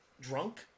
drunk